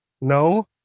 No